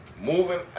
moving